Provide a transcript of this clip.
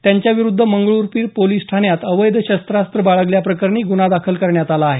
त्यांच्या विरोधात मंगरुळपीर पोलिस ठाण्यात अवैध शस्त्रास्त्र बाळगल्या प्रकरणी गुन्हा दाखल करण्यात आला आहे